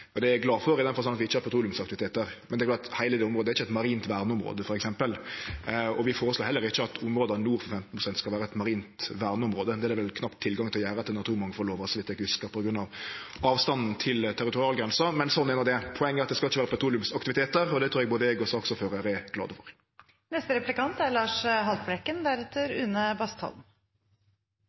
Det er eg glad for, i den forstand at vi ikkje har petroleumsaktivitet der. Men heile det området er ikkje eit marint verneområde, f.eks. Vi føreslår heller ikkje at områda nord for 15 pst. skal vere eit marint verneområde. Det er det vel knapt tilgang til å gjere etter naturmangfaldlova, så vidt eg huskar, på grunn av avstanden til territorialgrensa – men slik er no det. Poenget er at det skal ikkje vere petroleumsaktivitet der, og det trur eg at både eg og saksordføraren er glade